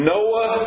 Noah